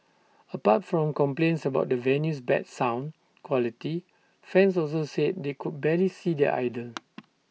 apart from complaints about the venue's bad sound quality fans also said they could barely see their idol